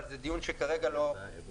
אבל זה דיון שכרגע לא נעשה,